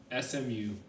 SMU